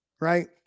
right